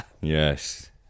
Yes